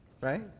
Right